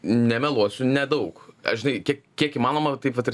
nemeluosiu nedaug aš žinai kiek kiek įmanoma taip vat ir